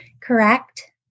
correct